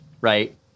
right